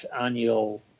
annual